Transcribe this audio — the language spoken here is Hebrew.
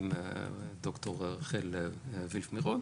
עם ד"ר רחל ווילף מירון.